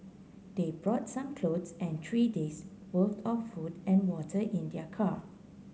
they brought some clothes and three days' worth of food and water in their car